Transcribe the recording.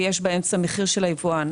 ויש באמצע מחיר של היבואן.